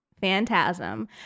Phantasm